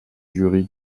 jury